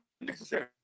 necessary